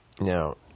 Now